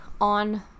on